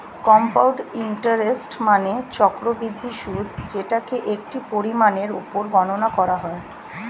compound interest মানে চক্রবৃদ্ধি সুদ যেটাকে একটি পরিমাণের উপর গণনা করা হয়